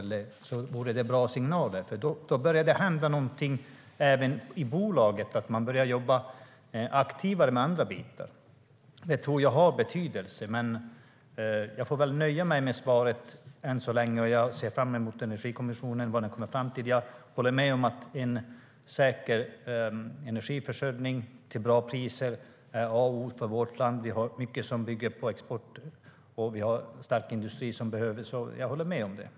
Det vore bra signaler, för då kan det börja hända någonting även i bolaget; man kan börja jobba mer aktivt med andra bitar. Jag tror att det har betydelse, men jag får väl nöja mig med svaret än så länge. Jag ser fram emot att få veta vad Energikommissionen kommer fram till. Jag håller med om att en säker energiförsörjning till bra priser är A och O för vårt land. Vi har mycket som bygger på export, och vi har stark industri som behöver detta. Jag håller med om det.